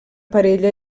parella